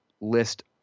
list